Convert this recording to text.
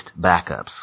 backups